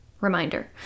reminder